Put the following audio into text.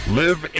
live